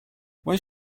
where